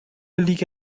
لیگ